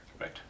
Right